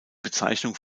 bezeichnung